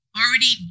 already